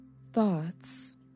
thoughts